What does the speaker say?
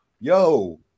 Yo